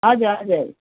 हजुर हजुर